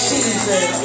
Jesus